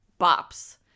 bops